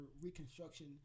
Reconstruction